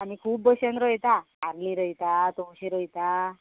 आनी खूब बशेन रोयतां आर्ली रोयतां तोवशीं रोयतां